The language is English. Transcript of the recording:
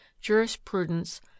jurisprudence